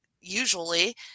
usually